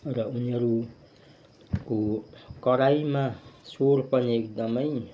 र उनीहरूको कराइमा स्वर पनि एकदमै